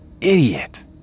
Idiot